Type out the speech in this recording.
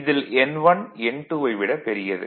இதில் N1 N2 வைப் விட பெரியது